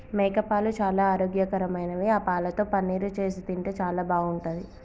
మేకపాలు చాలా ఆరోగ్యకరమైనవి ఆ పాలతో పన్నీరు చేసి తింటే చాలా బాగుంటది